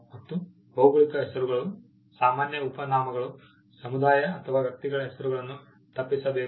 ಮತ್ತು ಭೌಗೋಳಿಕ ಹೆಸರುಗಳು ಸಾಮಾನ್ಯ ಉಪನಾಮಗಳು ಸಮುದಾಯ ಅಥವಾ ವ್ಯಕ್ತಿಗಳ ಹೆಸರುಗಳನ್ನು ತಪ್ಪಿಸಬೇಕು